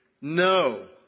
no